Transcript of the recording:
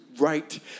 right